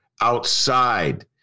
outside